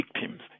victims